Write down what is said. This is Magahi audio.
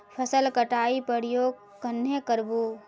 फसल कटाई प्रयोग कन्हे कर बो?